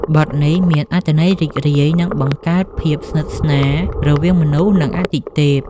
បទនេះមានអត្ថន័យរីករាយ និងបង្កើតភាពស្និទ្ធស្នាលរវាងមនុស្ស និងអាទិទេព។